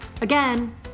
Again